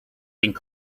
have